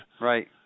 Right